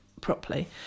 properly